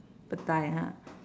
petai ha